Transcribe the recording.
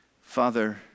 Father